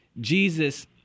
Jesus